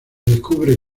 descubre